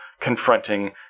confronting